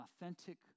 authentic